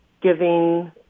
giving